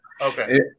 Okay